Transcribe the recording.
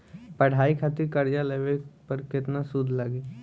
पढ़ाई खातिर कर्जा लेवे पर केतना सूद लागी?